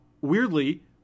weirdly